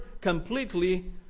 completely